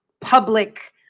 public